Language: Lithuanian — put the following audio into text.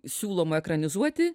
siūlomo ekranizuoti